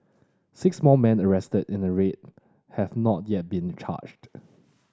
six more men arrested in the raid have not yet been charged